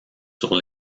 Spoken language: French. sur